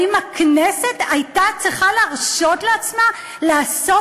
האם הכנסת הייתה צריכה להרשות לעצמה לעשות